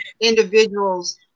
individuals